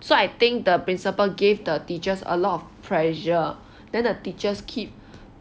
so I think the principal gave the teachers a lot of pressure then the teachers keep